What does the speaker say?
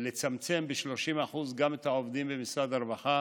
ולצמצם ב-30% גם את העובדים במשרד הרווחה.